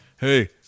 Hey